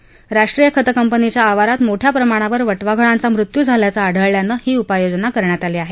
म्हणजे राष्ट्रीय खत कंपनीच्या आवारात मोठ्या प्रमाणावर वटवाघळांचा मृत्यू झाल्याचं आढळून आल्याने ही उपाययोजना करण्यात आली आहे